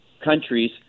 countries